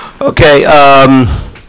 Okay